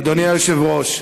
אדוני היושב-ראש.